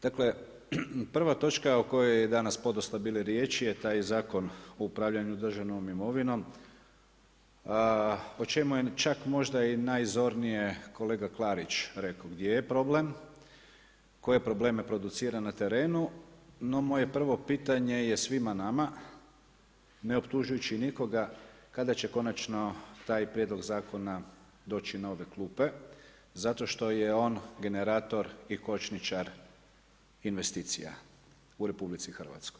Dakle, prva točka o kojoj je danas podosta bilo riječi je taj Zakon o upravljanju državnom imovinom o čemu je možda čak i najzornije kolega Klarić rekao gdje je problem, koje probleme producira na terenu no moje prvo pitanje je svima nama, ne optužujući nikoga kada će konačno taj prijedlog zakona doći na ove klupe, zato što je on generator i kočničar investicija u RH?